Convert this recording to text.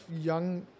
young